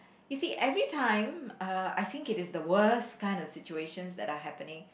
you see every time uh I think it is the worst kind of situations that are happening